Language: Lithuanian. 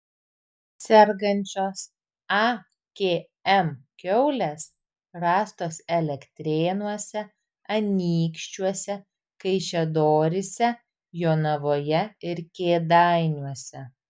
sergančios akm kiaulės rastos elektrėnuose anykščiuose kaišiadoryse jonavoje ir kėdainiuose